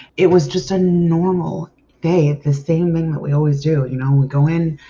it was just a normal day the same thing that we always do. you know, we go in.